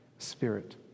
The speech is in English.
Spirit